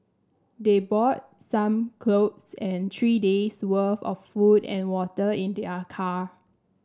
they brought some clothes and three days worth of food and water in their car